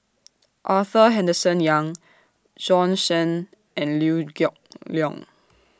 Arthur Henderson Young Bjorn Shen and Liew Geok Leong